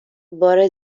بار